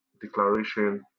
declaration